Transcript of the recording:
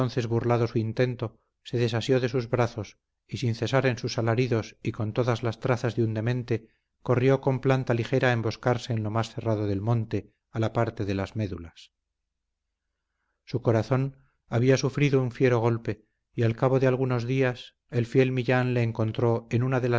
entonces burlado su intento se desasió de sus brazos y sin cesar en sus alaridos y con todas las trazas de un demente corrió con planta ligera a emboscarse en lo más cerrado del monte a la parte de las médulas su razón había sufrido un fiero golpe y al cabo de algunos días el fiel millán le encontró en una